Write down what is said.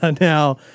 Now